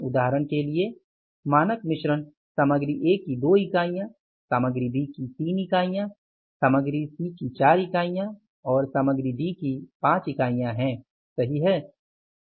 उदाहरण के लिए मानक मिश्रण सामग्री ए की 2 इकाइयां सामग्री बी की 3 इकाइयां सामग्री सी की 4 इकाइयां और सामग्री डी की 5 इकाइया है सही है